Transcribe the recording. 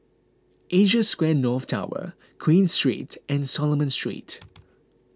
Asia Square North Tower Queen Street and Solomon Street